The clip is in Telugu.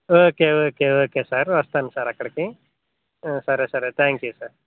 ఓకే ఓకే ఓకే సార్ వస్తాను సార్ అక్కడికి సరే సరే థ్యాంక్ యూ సార్